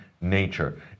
nature